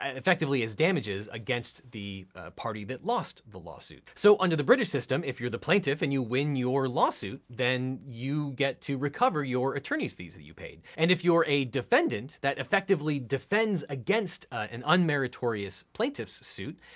ah effectively as damages, against the party that lost the lawsuit. so under the british system, if you're the plaintiff and you win your lawsuit, then you get to recover your attorneys fees that you paid. and if you're a defendant, that effectively defends against an unmeritorious plaintiff suit,